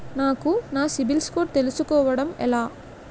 నాకు నా సిబిల్ స్కోర్ తెలుసుకోవడం ఎలా?